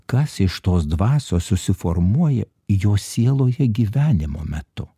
kas iš tos dvasios susiformuoja jo sieloje gyvenimo metu